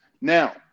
Now